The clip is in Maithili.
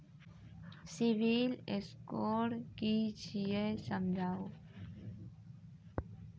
सिविल स्कोर कि छियै समझाऊ?